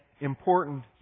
important